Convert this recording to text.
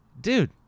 dude